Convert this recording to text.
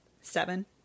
Seven